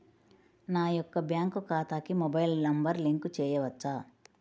నా యొక్క బ్యాంక్ ఖాతాకి మొబైల్ నంబర్ లింక్ చేయవచ్చా?